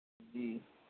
ہوں